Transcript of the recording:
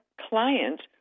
clients